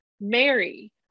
Mary